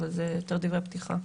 אבל זה יותר דברי פתיחה.